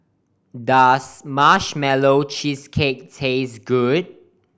does Marshmallow Cheesecake taste good